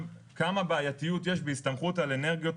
גם אני רוצה להצטרף לתודה על שאתה מקיים את הדיון הזה.